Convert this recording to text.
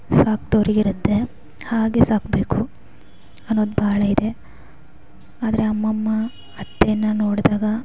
ಸಾಕಿದವ್ರಿಗಿರತ್ತೆ ಹಾಗೇ ಸಾಕಬೇಕು ಅನ್ನೋದು ಬಹಳ ಇದೆ ಆದರೆ ಅಮ್ಮಮ್ಮ ಅತ್ತೆನ ನೋಡಿದಾಗ